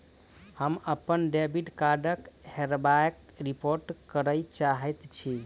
हम अप्पन डेबिट कार्डक हेराबयक रिपोर्ट करय चाहइत छि